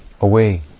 away